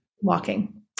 walking